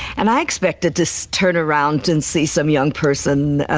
and i expected to so turn around and see some young person, ah,